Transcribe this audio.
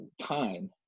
time